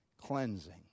cleansing